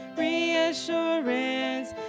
reassurance